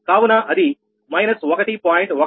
కాబట్టి అది −1